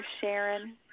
Sharon